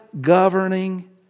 governing